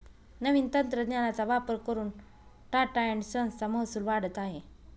नवीन तंत्रज्ञानाचा वापर करून टाटा एन्ड संस चा महसूल वाढत आहे